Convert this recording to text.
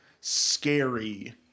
scary